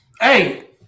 Hey